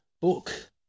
book